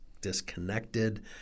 disconnected